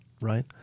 right